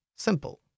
Simple